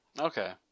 Okay